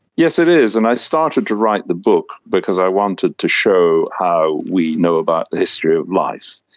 yes, it is, and i started to write the book because i wanted to show how we know about the history of life,